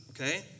Okay